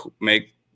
make